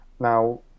Now